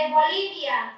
Bolivia